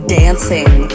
dancing